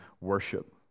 worship